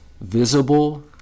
Visible